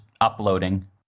uploading